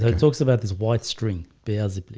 like talks about this white string biasi,